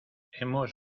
hemos